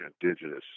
indigenous